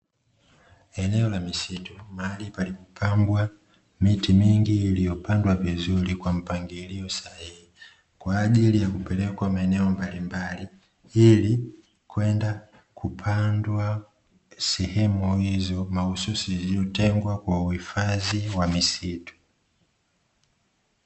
Eneo la misitu; mahali palipopambwa miti mingi iliyopandwa vizuri kwa mpangilio sahihi, kwa ajili ya kupelekwa maeneo mbalimbali, ili kwenda kupandwa sehemu hizo, mahususi zilizotengwa kwa hifadhi ya misitu.